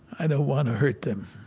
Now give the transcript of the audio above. and want to hurt them.